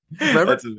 Remember